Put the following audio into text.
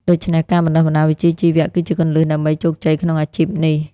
ដូច្នេះការបណ្តុះបណ្តាលវិជ្ជាជីវៈគឺជាគន្លឹះដើម្បីជោគជ័យក្នុងអាជីពនេះ។